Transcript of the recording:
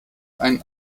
ein